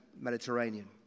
Mediterranean